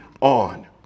on